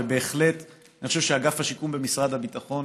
ובהחלט אני חושב שאגף השיקום במשרד הביטחון,